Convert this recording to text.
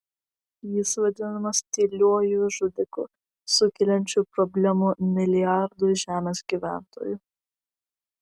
jis vadinamas tyliuoju žudiku sukeliančiu problemų milijardui žemės gyventojų